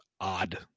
odd